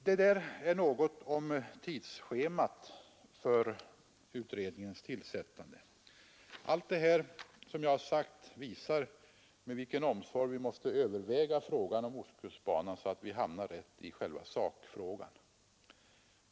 Det här var något om tidsschemat för utredningens tillsättande. Allt som jag har sagt visar med vilken omsorg vi måste överväga frågan om ostkustbanan, så att vi hamnar rätt i själva sakfrågan.